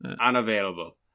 unavailable